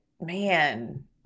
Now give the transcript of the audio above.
man